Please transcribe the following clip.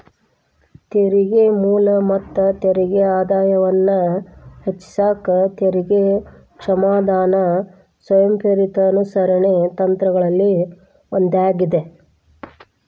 ತೆರಿಗೆ ಮೂಲ ಮತ್ತ ತೆರಿಗೆ ಆದಾಯವನ್ನ ಹೆಚ್ಚಿಸಕ ತೆರಿಗೆ ಕ್ಷಮಾದಾನ ಸ್ವಯಂಪ್ರೇರಿತ ಅನುಸರಣೆ ತಂತ್ರಗಳಲ್ಲಿ ಒಂದಾಗ್ಯದ